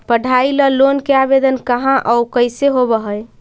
पढाई ल लोन के आवेदन कहा औ कैसे होब है?